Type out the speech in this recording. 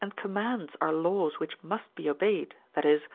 and commands are laws which must be obeyed, that is,